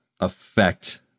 affect